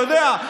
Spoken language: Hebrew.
אתה יודע,